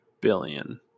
billion